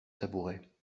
tabouret